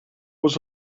was